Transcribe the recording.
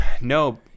No